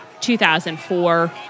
2004